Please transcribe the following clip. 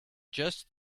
just